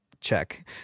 check